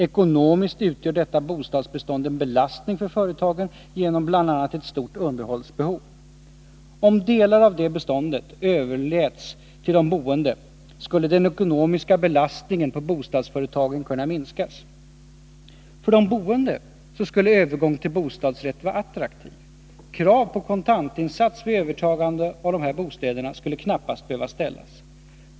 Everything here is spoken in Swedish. Ekonomiskt utgör detta bostadsbestånd en belastning för företagen, bl.a. genom ett stort underhållsbehov. Om delar av beståndet överläts till de boende skulle den ekonomiska belastningen på bostadsföretagen kunna minskas. För de boende skulle övergång till bostadsrätt vara attraktiv. Krav på kontantinsats vid övertagande av bostäderna skulle knappast behöva ställas.